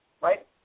right